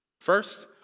First